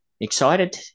excited